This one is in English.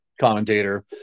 commentator